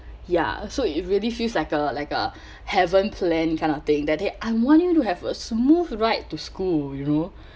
ya so it really feels like a like a heaven plan kind of thing that they I want you to have a smooth ride to school you know